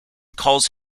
calls